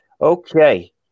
Okay